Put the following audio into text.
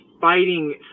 fighting